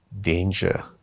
danger